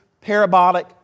parabolic